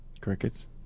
Crickets